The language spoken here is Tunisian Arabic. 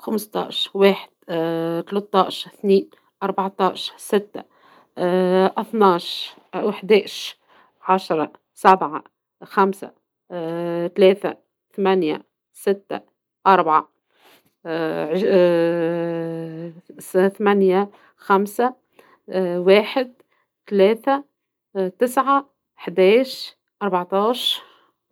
خمسة عشر واحد ، ثلاثة عشر اثنين ، اربعة عشر ستة ، اثنة عشر أحد عشر ،عشرة سبعة ، خمسة ثلاثة ، ثمانية ستة ، أربعة ثمانية خمسة ، واحد ثلاثة ، تسعة أحد عشرأربعة عشر.